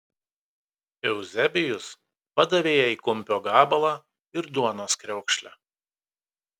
euzebijus padavė jai kumpio gabalą ir duonos kriaukšlę